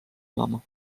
elama